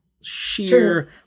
sheer